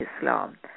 Islam